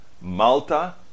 Malta